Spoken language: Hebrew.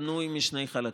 בנוי משני חלקים.